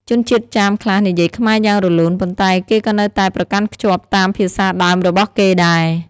ជនជាតិចាមខ្លះនិយាយខ្មែរយ៉ាងរលូន ប៉ុន្តែគេក៏នៅតែប្រកាន់ខ្ជាប់តាមភាសាដើមរបស់គេដែរ។